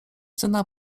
tyna